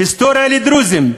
היסטוריה לדרוזים,